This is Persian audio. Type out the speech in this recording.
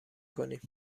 کنیم